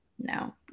No